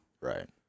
Right